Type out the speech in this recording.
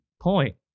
point